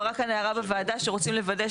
עלתה כאן הערה בוועדה שרוצים לוודא